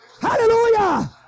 Hallelujah